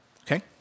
okay